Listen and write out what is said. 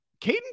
Caden